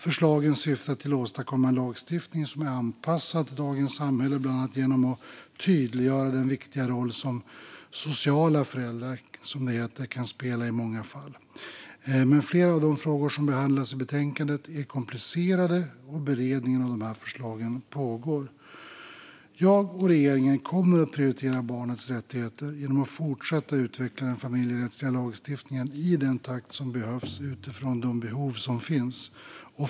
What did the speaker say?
Förslagen syftar till att åstadkomma en lagstiftning som är anpassad till dagens samhälle, bland annat genom att tydliggöra den viktiga roll som sociala föräldrar kan spela i många fall. Men flera av de frågor som behandlas i betänkandet är komplicerade, och beredningen av förslagen pågår. Jag och regeringen kommer att prioritera barnets rättigheter genom att fortsätta att utveckla den familjerättsliga lagstiftningen i den takt som behövs och utifrån de behov som finns.